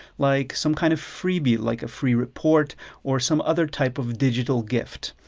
like some kind of freebie, like a free report or some other type of digital gift.